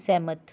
ਸਹਿਮਤ